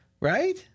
right